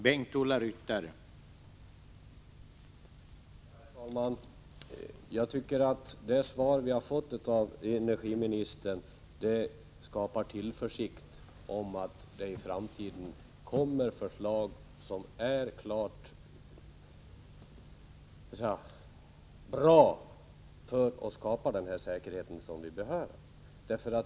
Herr talman! Jag tycker att det svar vi har fått av energiministern ger en tillförsikt om att det i framtiden kommer förslag som leder till åtgärder som skapar den säkerhet som vi behöver.